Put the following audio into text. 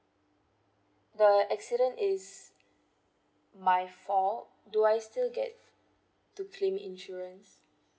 the accident is my fault do I still get to claim insurance